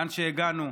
לאן שהגענו,